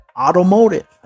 automotive